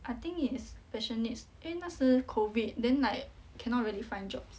I think it's special needs 因为那时 COVID then like cannot really find jobs